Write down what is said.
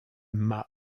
mat